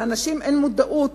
לאנשים אין מודעות